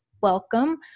welcome